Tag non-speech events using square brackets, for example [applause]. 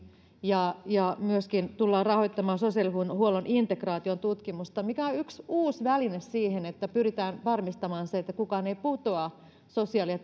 ja ja myöskin tullaan rahoittamaan sosiaalihuollon integraation tutkimusta mikä on yksi uusi väline siihen että pyritään varmistamaan se että kukaan ei putoa sosiaali ja [unintelligible]